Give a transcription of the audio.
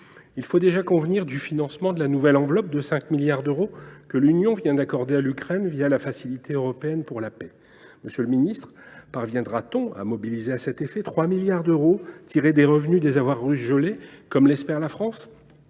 Il faut déjà convenir du financement de la nouvelle enveloppe de 5 milliards d’euros que l’Union vient d’accorder à l’Ukraine la Facilité européenne pour la paix. Monsieur le ministre, parviendra t on à mobiliser à cet effet 3 milliards d’euros tirés des revenus des avoirs russes gelés, comme l’espère la France ?